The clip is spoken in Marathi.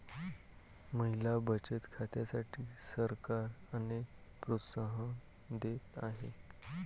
महिला बचत खात्यांसाठी सरकार अनेक प्रोत्साहन देत आहे